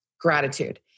gratitude